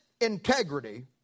integrity